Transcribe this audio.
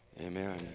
Amen